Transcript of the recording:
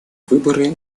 выборы